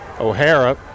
O'Hara